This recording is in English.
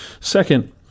Second